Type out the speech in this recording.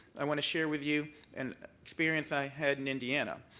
i want to share with you an experience i had in indiana.